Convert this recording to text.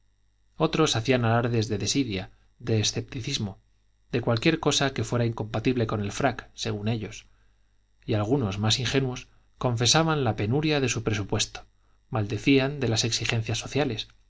otros hacían alardes de desidia de escepticismo de cualquier cosa que fuera incompatible con el frac según ellos y algunos más ingenuos confesaban la penuria de su presupuesto maldecían de las exigencias sociales